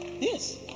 Yes